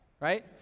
right